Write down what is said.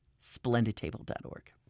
splendidtable.org